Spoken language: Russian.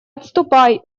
отступай